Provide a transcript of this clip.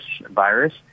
virus